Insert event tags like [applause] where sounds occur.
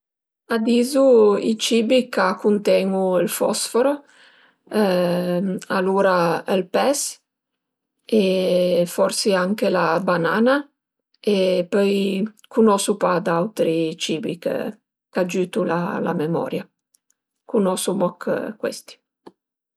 A dizu i cibi ch'a cunten-u ël fosforo [hesitation] alura ël pes e forsi anche la banana e pöi cunosu pa d'autri cibi ch'agiütu la memoria, cunosu moch cuesti